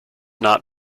not